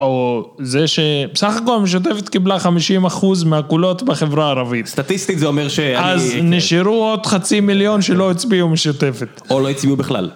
או זה שבסך הכל המשותפת קיבלה 50% מהקולות בחברה הערבית. סטטיסטית זה אומר שאני... אז נשארו עוד חצי מיליון שלא הצביעו משותפת. או לא הצביעו בכלל.